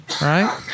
Right